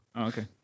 okay